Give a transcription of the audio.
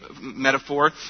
Metaphor